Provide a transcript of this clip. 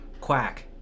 Quack